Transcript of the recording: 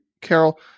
Carol